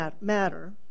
Matter